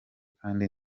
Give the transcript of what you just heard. kandi